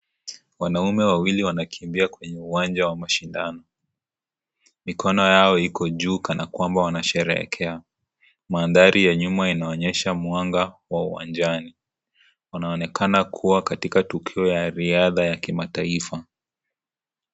Wanaume wawili wanakimbia kwenye uwanja wa mashindano, mikono yao iko juu kana kwamba wanasherekea, manthari ya nyuma inaonyesja mwanga wa uwanjani, unaonekana kuwa katika tukio la mataifa